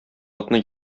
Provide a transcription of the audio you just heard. атны